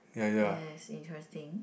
yes interesting